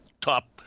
top